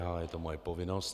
Je to moje povinnost.